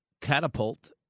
catapult